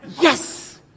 Yes